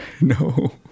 no